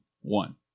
one